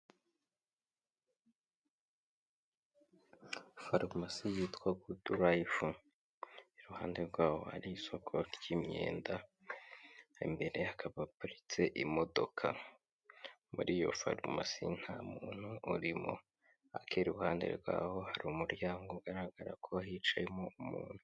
Farumasi yitwa Good life, iruhande rwaho hari isoko ry'imyenda, imbere hakaba kabaparitse imodoka, muri iyo farumasi nta muntu urimo, ariko iruhande rwaho hari umuryango ugaragara ko hicayemo umuntu.